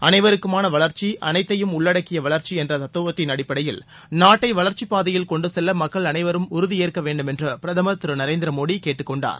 அனைவருக்குமான வளர்ச்சி அனைத்தையும் உள்ளடக்கிய வளர்ச்சி என்ற தத்துவத்தின் அடிப்படையில் நாட்டை வளர்ச்சிப் பாதையில் கொண்டு செல்ல மக்கள் அனைவரும் உறுதி ஏற்க வேண்டும் என்று பிரதமர் திரு நரேந்திர மோடி கேட்டுக் கொண்டார்